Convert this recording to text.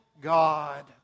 God